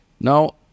Now